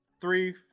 three